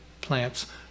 plants